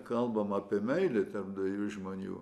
kalbama apie meilę tarp dviejų žmonių